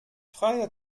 freie